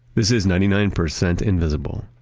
this is ninety nine percent invisible.